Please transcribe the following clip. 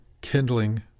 Kindling